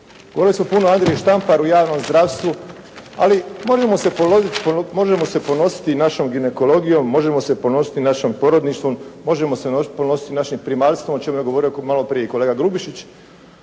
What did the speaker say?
Govorili smo puno o Andriji Štamparu u javnom zdravstvu ali možemo se ponositi našom ginekologijom, možemo se ponositi našim porodništvom, možemo se podnositi našim primaljstvom o čemu je govorio maloprije i kolega Grubišić.